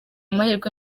mahirwe